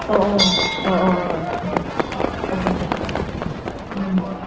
अ अ अ अ अ जागोन दे अ